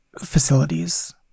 facilities